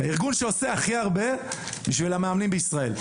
ארגון שעושה הכי הרבה בשביל המאמנים בישראל.